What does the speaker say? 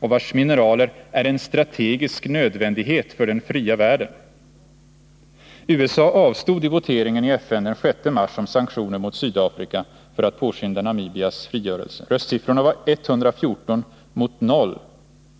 och vars mineraler ”är en strategisk nödvändighet för den fria världen”. USA avstod vid voteringen i FN den 6 mars om sanktioner mot Sydafrika för att påskynda Namibias frigörelse. Röstsiffrorna blev 114 mot 0.